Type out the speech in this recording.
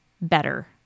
better